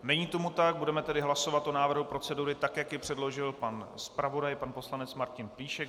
Není tomu tak, budeme tedy hlasovat o návrhu procedury, tak jak ji předložil pan zpravodaj pan poslanec Martin Plíšek.